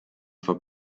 for